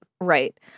Right